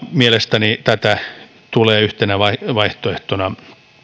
mielestäni tätä tulee yhtenä vaihtoehtona